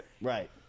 Right